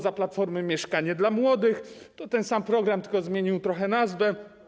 Za Platformy było „Mieszkanie dla młodych”, ten sam program, tylko zmienił trochę nazwę.